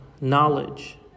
knowledge